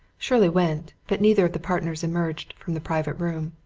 shirley went but neither of the partners emerged from the private room.